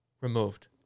removed